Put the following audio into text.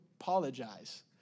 apologize